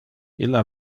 illa